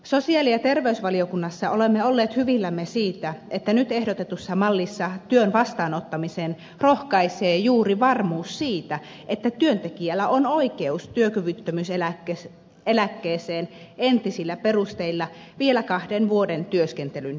sosiaali ja terveysvaliokunnassa olemme olleet hyvillämme siitä että nyt ehdotetussa mallissa työn vastaanottamiseen rohkaisee juuri varmuus siitä että työntekijällä on oikeus työkyvyttömyyseläkkeeseen entisillä perusteilla vielä kahden vuoden työskentelyn jälkeen